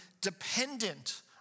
dependent